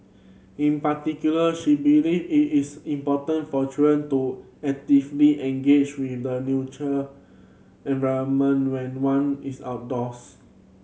in particular she believe it is important for children to actively engage with the neutual environment when one is outdoors